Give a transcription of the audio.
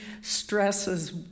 stresses